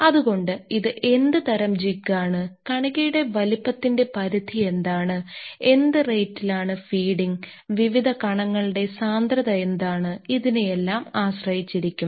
അത്കൊണ്ട് ഇത് എന്ത് തരം ജിഗ്ഗ് ആണ്കണികയുടെ വലിപ്പത്തിന്റെ പരിധി എന്താണ് എന്ത് റേറ്റിലാണ് ഫീഡിങ് വിവിധ കണങ്ങളുടെ സാന്ദ്രത എന്താണ് ഇതിനെയെല്ലാം ആശ്രയിച്ചിരിക്കും